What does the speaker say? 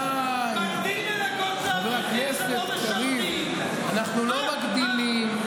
חבר הכנסת גלעד קריב, בבקשה.